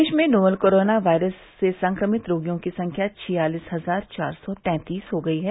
देश में novel corona virus से संक्रमित रोगियों की संख्या छियालीस हजार चार सौ तैंतीस हो गई है